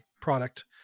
product